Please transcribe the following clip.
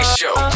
show